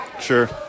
Sure